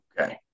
Okay